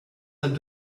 had